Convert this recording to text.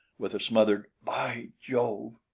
with a smothered by jove!